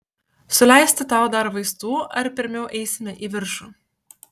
suleisti tau dar vaistų ar pirmiau eisime į viršų